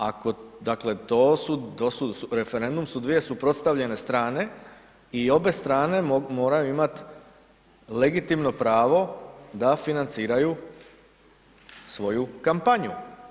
Ako, dakle, to su, to su, referendum su dvije suprotstavljene strane i obe strane moraju imati legitimno pravo da financiraju svoju kampanju.